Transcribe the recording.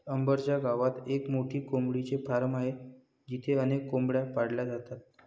अंबर च्या गावात एक मोठे कोंबडीचे फार्म आहे जिथे अनेक कोंबड्या पाळल्या जातात